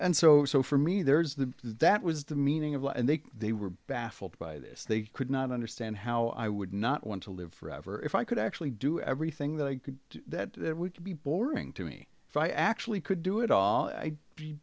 and so so for me there's the that was the meaning of life and they they were baffled by this they could not understand how i would not want to live forever if i could actually do everything that i could be boring to me if i actually could do it all i